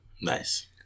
Nice